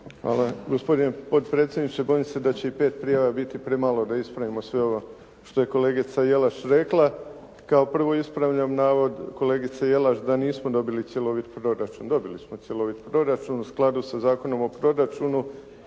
Hvala. Gospodine potpredsjedniče, bojim se da će i pet prijava biti premalo da ispravimo sve ovo što je kolegica Jelaš rekla. Kao prvo, ispravljam navod kolegice Jelaš da nismo dobili cjeloviti proračun. Dobili smo cjelovit proračun u skladu sa Zakonom o proračunu.